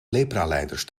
lepralijders